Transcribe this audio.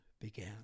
began